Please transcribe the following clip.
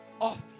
off